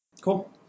cool